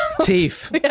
teeth